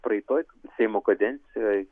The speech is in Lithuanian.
praeitoj seimo kadencijoj